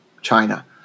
China